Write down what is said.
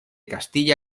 castilla